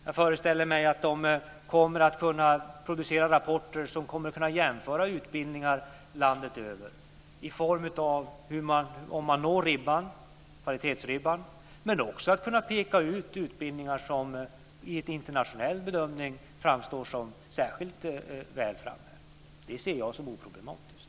Jag föreställer mig att Högskoleverket kommer att kunna producera rapporter som kommer att kunna jämföra utbildningar landet över i form av om man når kvalitetsribban men också att kunna peka ut utbildningar som i en internationell bedömning framstår som särskilt väl framme. Det ser jag som oproblematiskt.